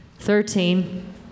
Thirteen